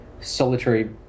solitary